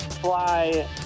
fly